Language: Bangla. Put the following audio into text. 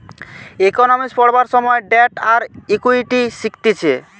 ইকোনোমিক্স পড়বার সময় ডেট আর ইকুইটি শিখতিছে